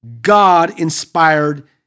God-inspired